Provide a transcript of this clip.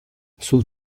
sul